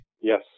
Yes